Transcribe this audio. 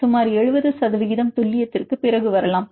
சுமார் 70 சதவிகிதம் துல்லியத்திற்குப் பிறகு வரலாம்